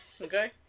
Okay